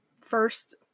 first